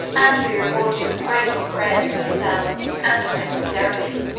and be rewarded in the grateful prayers of themselves, and of their posterity.